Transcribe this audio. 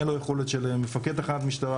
אין לו יכולת של מפקד תחנת משטרה,